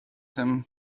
him